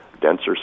denser